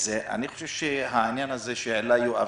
העניין שהעלה יואב